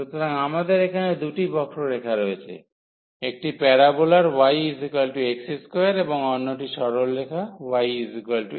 সুতরাং আমাদের এখানে দুটি বক্ররেখা রয়েছে একটি প্যারোবোলার yx2 এবং অন্যটিটি সরলরেখা yx